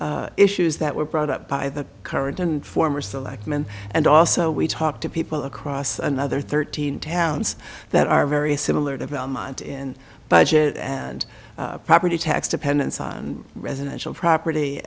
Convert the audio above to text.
of issues that were brought up by the current and former selectman and also we talk to people across another thirteen towns that are very similar development in budget and property tax dependence on residential property